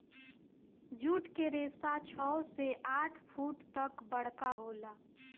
जुट के रेसा छव से आठ फुट तक बरका होला